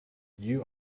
you